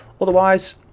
otherwise